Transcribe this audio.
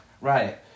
Right